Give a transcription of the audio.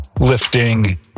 lifting